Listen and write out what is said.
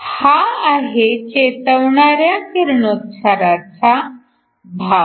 हा आहे चेतवणाऱ्या किरणोत्साराचा भाग